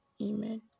Amen